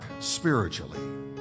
spiritually